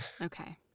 Okay